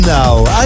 now